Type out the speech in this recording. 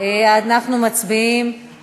אנחנו בעד להחיל את דין הרציפות.